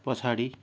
पछाडि